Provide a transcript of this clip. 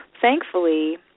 thankfully